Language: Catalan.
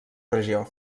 regió